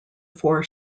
four